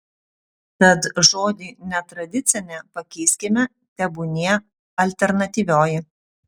tad žodį netradicinė pakeiskime tebūnie alternatyvioji